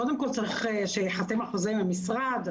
קודם כל צריך שייחתם החוזה עם המשרד.